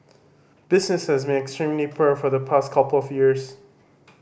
business has been extremely poor for the past couple of years